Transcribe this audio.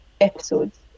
episodes